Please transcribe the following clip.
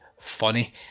funny